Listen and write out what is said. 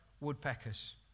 woodpeckers